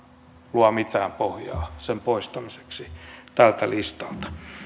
luo mitään pohjaa sen poistamiseksi tältä listalta